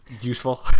useful